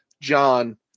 John